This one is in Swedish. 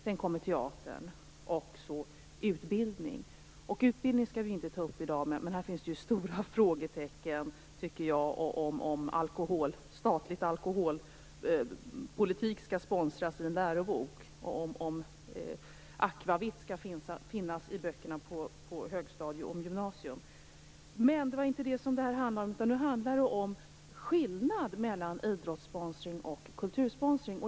Sedan kommer teatern, och sedan kommer utbildning. Utbildning skall vi inte ta upp i dag, men där finns det ju stora frågetecken, tycker jag. Det gäller t.ex. om statlig alkoholpolitik skall sponsras i en lärobok - om akvavit skall finnas i böckerna på högstadium och gymnasium. Det är dock inte detta det handlar om nu. Det handlar om skillnad mellan idrottssponsring och kultursponsring.